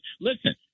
Listen